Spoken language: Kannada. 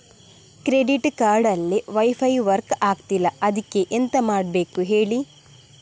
ಕ್ರೆಡಿಟ್ ಕಾರ್ಡ್ ಅಲ್ಲಿ ವೈಫೈ ವರ್ಕ್ ಆಗ್ತಿಲ್ಲ ಅದ್ಕೆ ಎಂತ ಮಾಡಬೇಕು ಹೇಳಿ